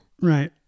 Right